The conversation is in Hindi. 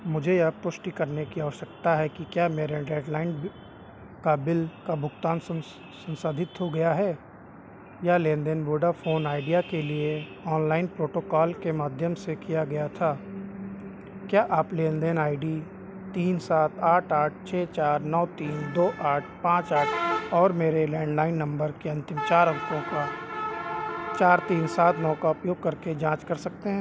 मुझे यह पुष्टि करने की आवश्यकता है कि क्या मेरे लैण्डलाइन के बिल का भुगतान सन्साधित हो गया है यह लेनदेन वोडाफ़ोन आइडिया के लिए ऑनलाइन प्रोटोकॉल के माध्यम से किया गया था क्या आप लेनदेन आई डी तीन सात आठ आठ छह चार नौ तीन दो आठ पाँच आठ और मेरे लैण्डलाइन नम्बर के अन्तिम चार अंकों का चार तीन सात नौ का उपयोग करके जाँच कर सकते हैं